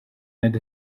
and